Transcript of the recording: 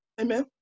Amen